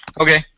Okay